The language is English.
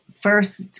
first